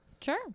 sure